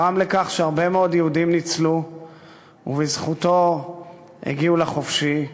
הוא גרם לכך שהרבה מאוד יהודים ניצלו ובזכותו השתחררו לחופשי.